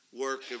work